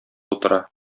утыра